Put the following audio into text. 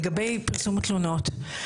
לגבי פרסום התלונות,